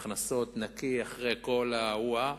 הכנסות נקי אחרי כל הדברים,